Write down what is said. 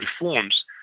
reforms